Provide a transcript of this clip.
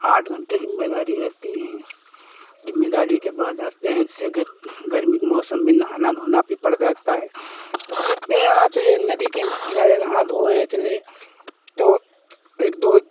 आठ घन्टे जिम्मेदारी रहती है जिम्मेदारी के बाद आते हैं जैसे गर गर्मी के मौसम में नहाना धोना भी पड़ जाता है तो सबके यहाँ तो यह नदी के किनारे नहा धो आए चले तो एक दो